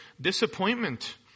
disappointment